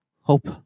Hope